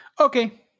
Okay